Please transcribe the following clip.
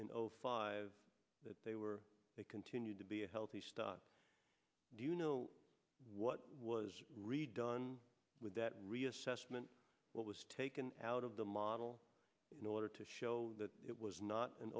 zero five that they were they continued to be a healthy stock do you know what was redone with that reassessment what was taken out of the model in order to show that it was not an